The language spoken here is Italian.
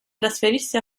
trasferirsi